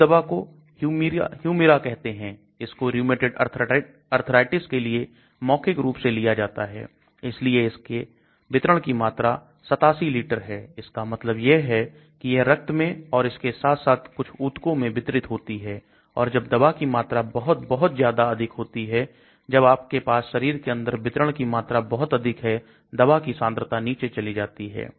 इस दवा को Humira कहते हैं इसको रूमेटाइड अर्थराइटिस के लिए मौखिक रूप से लिया जाता है इसलिए इसका वितरण की मात्रा 87 लीटर है इसका मतलब यह है कि यह रक्त में और इसके साथ साथ कुछ ऊतकों में वितरित होती है और जब दवा की मात्रा बहुत बहुत ज्यादा अधिक होती है जब आपके पास शरीर के अंदर वितरण की मात्रा बहुत अधिक है दवा की सांद्रता नीचे चली जाती है